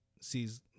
sees